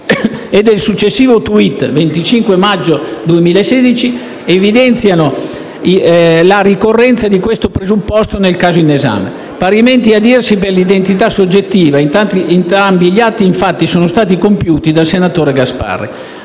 e del successivo *tweet* del 25 maggio 2016 evidenziano la ricorrenza di questo presupposto nel caso in esame. Parimenti è a dirsi per l'identità soggettiva: entrambi gli atti, infatti, sono stati compiuti dal senatore Gasparri.